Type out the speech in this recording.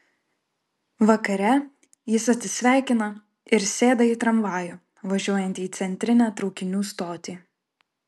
vakare jis atsisveikina ir sėda į tramvajų važiuojantį į centrinę traukinių stotį